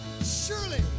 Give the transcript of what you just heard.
surely